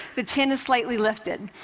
the chin is slightly lifted.